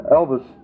elvis